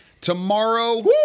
tomorrow